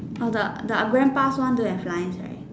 the the grandpa's one don't have lines leh